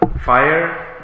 fire